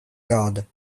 god